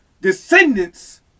descendants